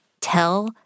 tell